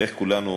איך כולנו אומרים?